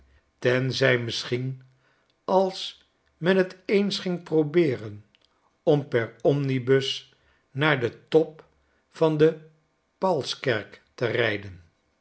tenzij misschien als men t eens ging probeeren om per omnibus naar den top van de paulskerk te rijden